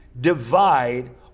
divide